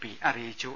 P അറിയിച്ചു